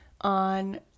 on